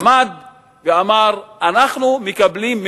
עמד ואמר: אנחנו מקבלים,